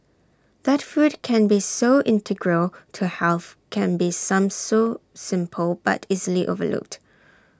that food can be so integral to health can be some so simple but easily overlooked